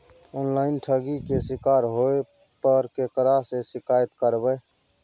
Online ठगी के शिकार होय पर केकरा से शिकायत करबै?